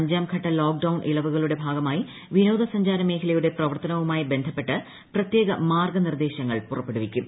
അഞ്ചാം ഘട്ട ലോക്ഡൌൺ ഇളവുകളുടെ ഭാഗമായി വിനോദസഞ്ചാര മേഖലയുടെ പ്രവർത്തനവുമായി ബന്ധപ്പെട്ട് പ്രത്യേക മാർഗ്ഗനിർദ്ദേശങ്ങൾ പുറപ്പെടുവിക്കും